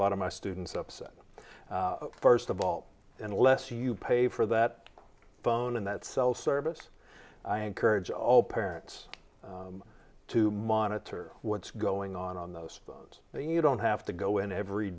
lot of my students upset first of all unless you pay for that phone and that cell service i encourage all parents to monitor what's going on on those and you don't have to go in every